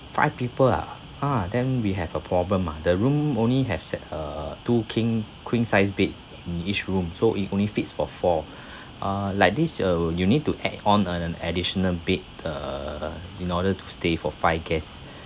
five people ah !huh! then we have a problem ah the room only have set err two king queen size bed in each room so it only fits for four uh like this uh you need to add on an additional bed err in order to stay for five guests